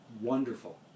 wonderful